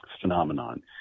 phenomenon